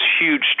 huge